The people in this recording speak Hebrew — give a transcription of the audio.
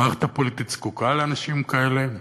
המערכת הפוליטית זקוקה לאנשים כאלה.